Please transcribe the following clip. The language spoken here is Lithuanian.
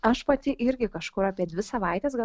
aš pati irgi kažkur apie dvi savaites gal